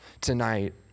tonight